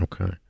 Okay